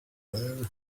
where